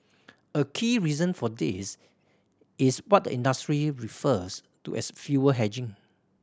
a key reason for this is what the industry refers to as fuel hedging